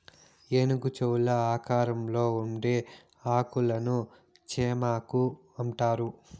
ఏనుగు చెవుల ఆకారంలో ఉండే ఆకులను చేమాకు అంటారు